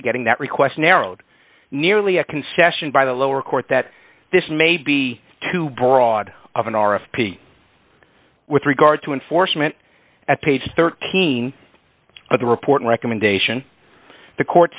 of getting that request narrowed nearly a concession by the lower court that this may be too broad of an r f p with regard to enforcement at page thirteen of the report recommendation the court